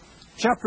chapter